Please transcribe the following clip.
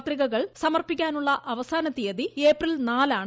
പത്രികകൾ സമർപ്പിക്കാനുള്ള അവസാനതീയതി ഏപ്രിൽ നാലാണ്